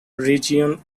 region